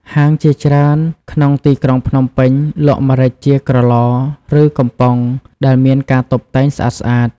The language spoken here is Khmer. ហាងជាច្រើនក្នុងទីក្រុងភ្នំពេញលក់ម្រេចជាក្រឡ ឬ កំប៉ុងដែលមានការតុបតែងស្អាតៗ។